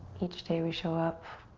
each day we show up